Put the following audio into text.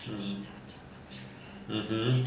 (uh huh)